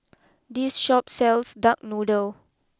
this Shop sells Duck Noodle